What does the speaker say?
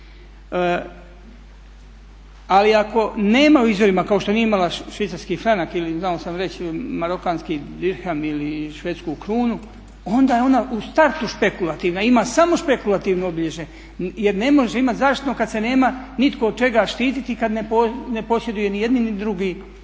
Ali ako nema u izvorima kao što nije imala švicarski franak ili znao sam reći marokanski dirham ili švedsku krunu onda je ona u startu špekulativna, ima samo špekulativno obilježje jer ne može imati zaštitno kad se nema nitko od čega štititi kad ne posjeduju ni jedni ni drugi tu valutu.